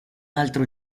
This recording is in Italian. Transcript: altro